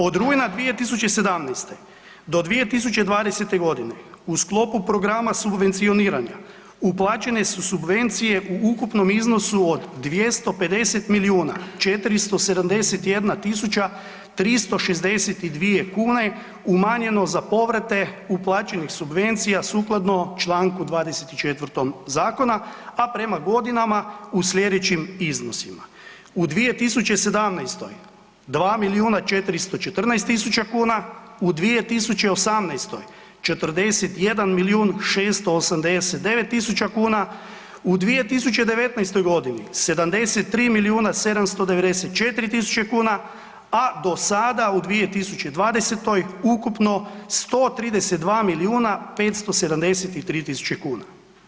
Od rujna 2017. do 2020.g. u sklopu programa subvencioniranja uplaćene su subvencije u ukupnom iznosu od 250 milijuna 471 tisuća 362 kune umanjeno za povrate uplaćenih subvencija sukladno čl. 24. zakona, a prema godinama u slijedećim iznosima, u 2017. 2 milijuna 414 tisuća kuna, u 2018. 41 milijun 689 tisuća kuna, u 2019.g. 73 milijuna 794 tisuće kuna, a do sada u 2020. ukupno 132 milijuna 573 tisuće kuna.